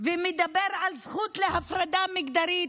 ומדבר על זכות להפרדה מגדרית,